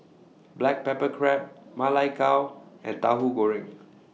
Black Pepper Crab Ma Lai Gao and Tauhu Goreng